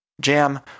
Jam